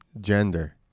gender